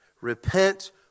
Repent